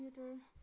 computer